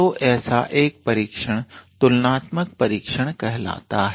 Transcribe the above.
तो ऐसा एक परीक्षण तुलनात्मक परीक्षण कहलाता है